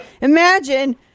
Imagine